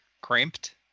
Cramped